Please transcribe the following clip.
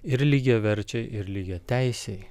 ir lygiaverčiai ir lygiateisiai